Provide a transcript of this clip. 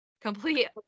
complete